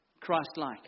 Christ-like